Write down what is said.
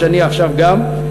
מה שאני עכשיו גם כן,